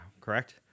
correct